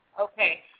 Okay